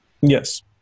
Yes